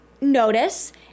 notice